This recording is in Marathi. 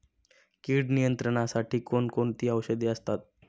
कीड नियंत्रणासाठी कोण कोणती औषधे असतात?